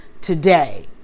today